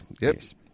Yes